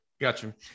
Gotcha